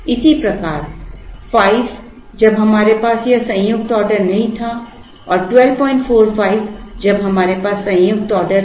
इसी प्रकार 5 जब हमारे पास यह संयुक्त ऑर्डर नहीं था और 1245 जब हमारे पास संयुक्त ऑर्डर था